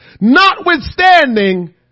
Notwithstanding